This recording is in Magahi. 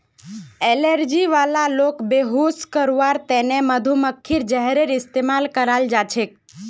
एलर्जी वाला लोगक बेहोश करवार त न मधुमक्खीर जहरेर इस्तमाल कराल जा छेक